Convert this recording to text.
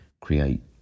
create